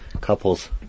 couples